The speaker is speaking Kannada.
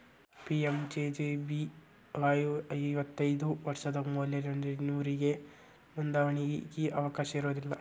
ಪಿ.ಎಂ.ಜೆ.ಜೆ.ಬಿ.ವಾಯ್ ಐವತ್ತೈದು ವರ್ಷದ ಮ್ಯಾಲಿನೊರಿಗೆ ನೋಂದಾವಣಿಗಿ ಅವಕಾಶ ಇರೋದಿಲ್ಲ